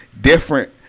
different